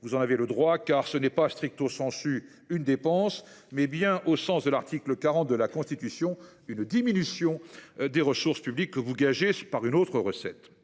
Vous en avez le droit, car ce n’est pas une « dépense »: c’est bien, au sens de l’article 40 de la Constitution, une « diminution des ressources publiques », que vous gagez par une autre recette.